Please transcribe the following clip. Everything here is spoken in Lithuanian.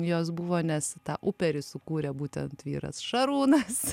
jos buvo nes tą uperį sukūrė būtent vyras šarūnas